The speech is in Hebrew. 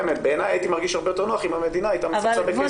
בעייניי הייתי מרגיש הרבה יותר נוח אם המדינה הייתה מפצה בכסף.